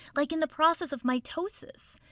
like in the process of mitosis.